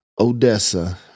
Odessa